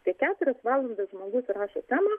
tai keturias valandas žmogus rašo temą